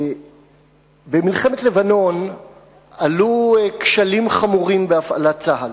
במלחמת לבנון עלו כשלים חמורים בהפעלת צה"ל.